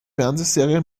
fernsehserie